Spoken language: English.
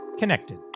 Connected